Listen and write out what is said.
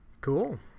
Cool